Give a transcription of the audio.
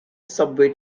subway